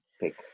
pick